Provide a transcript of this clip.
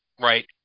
right